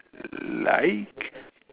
like